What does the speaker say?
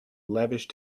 lavish